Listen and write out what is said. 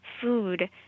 food